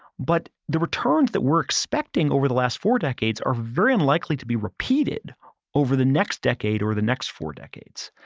but the returns that we're expecting over the last four decades are very unlikely to be repeated over the next decade or the next four decades.